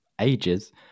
ages